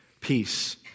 peace